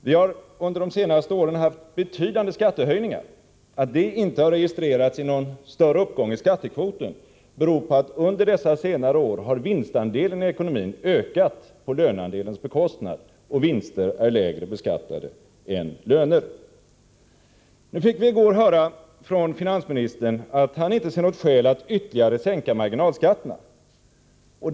Vi har under de senaste åren haft betydande skattehöjningar. Att detta inte har registrerats i form av någon större uppgång i skattekvoten beror på att vinstandelen i ekonomin under dessa senare år har ökat på löneandelens bekostnad — och vinster är lägre beskattade än löner. Nu fick vi i går höra från finansministern att han inte ser något skäl att ytterligare sänka marginalskatterna.